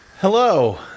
Hello